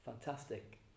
Fantastic